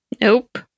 Nope